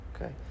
Okay